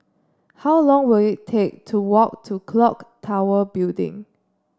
how long will it take to walk to clock Tower Building